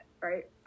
right